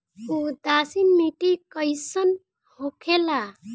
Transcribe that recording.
उदासीन मिट्टी कईसन होखेला?